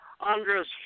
Andres